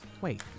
Wait